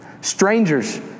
Strangers